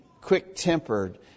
quick-tempered